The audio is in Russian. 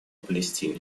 палестине